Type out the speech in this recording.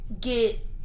get